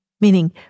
meaning